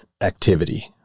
activity